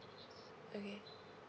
okay